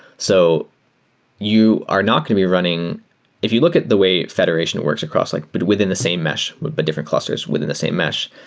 so you are not going to be running if you look at the way federation works across like but within a same mesh, with but different clusters within the same mesh,